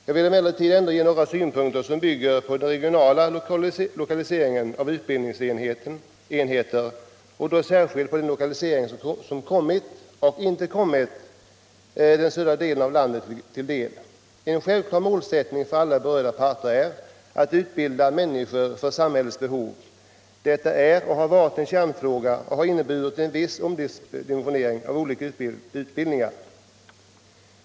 Jag vill emellertid ändå ge några synpunkter, som bygger på den regionala lokaliseringen av utbildningsenheter och då särskilt på den lokalisering som kommit och inte kommit södra delen av landet till del. En självklar målsättning för alla berörda parter är att utbilda människor för samhällets behov. Detta är och har varit en kärnfråga och har inneburit en viss omdimensionering av olika utbildningar.